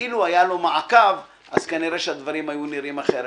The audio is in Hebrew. ולו היה לו מעקב, כנראה שהדברים היו נראים אחרים.